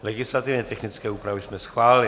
Legislativně technické úpravy jsme schválili.